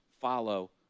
follow